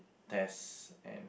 test and